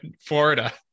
Florida